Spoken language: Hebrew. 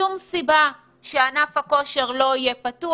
אין שום סיבה שענף הכושר לא יהיה פתוח.